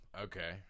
Okay